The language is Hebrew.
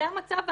זה המצב,